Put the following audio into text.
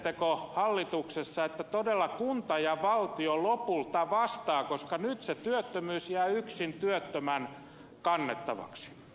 harkitsetteko hallituksessa että todella kunta ja valtio lopulta vastaa koska nyt se työttömyys jää yksin työttömän kannettavaksi